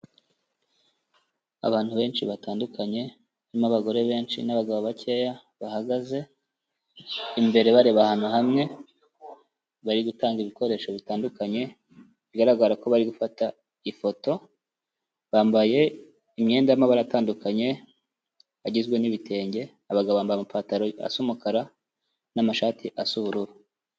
Abantu benshi batandukanye harimo abagore benshi n'abagabo bakeya bahagaze, imbere bareba ahantu hamwe bari gutanga ibikoresho bitandukanye, bigaragara ko bari gufata ifoto, bambaye imyenda y'amabara atandukanye agizwe n'ibitenge, abagabo bambaye amapantaro asa umukara n'amashati asa ubururu.